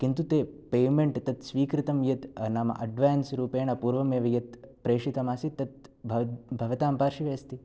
किन्तु ते पेमेण्ट् तत् स्वीकृतं यत् नाम अड्वान्स् रूपेण पूर्वमेव यत् प्रेषितमासीत् तत् भवतां पार्श्वे अस्ति